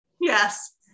Yes